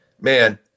man